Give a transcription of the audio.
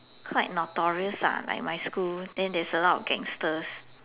quite notorious lah like my school then there's a lot of gangsters